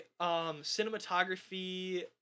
cinematography